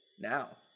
now